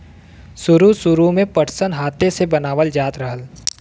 सुरु सुरु में पटसन हाथे से बनावल जात रहल